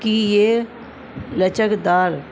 کہ یہ لچک دار